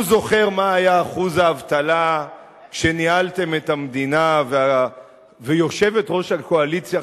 הוא זוכר מה היה אחוז האבטלה כשניהלתם את המדינה ויושבת-ראש הקואליציה,